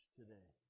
today